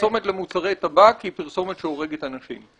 ופרסומת למוצרי טבק היא פרסומת שהורגת אנשים.